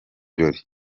birori